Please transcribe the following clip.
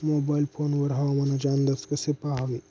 Mobile phone वर हवामानाचे अंदाज कसे पहावे?